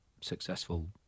successful